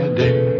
day